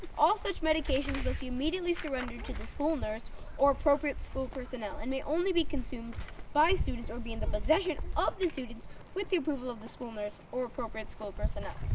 all such medications be immediately surrendered to the school nurse or appropriate school personnel and may only be consumed by students or be in the possession of the students with the approval of the school nurse or appropriate school personnel.